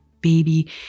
baby